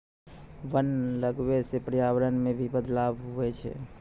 वन लगबै से पर्यावरण मे भी बदलाव हुवै छै